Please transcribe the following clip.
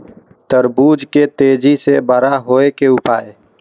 तरबूज के तेजी से बड़ा होय के उपाय?